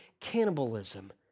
cannibalism